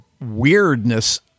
weirdness